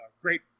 great